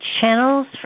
channels